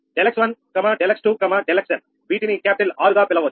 ∆𝑥1 ∆𝑥2 ∆𝑥n వీటిని capital R గా పిలవచ్చు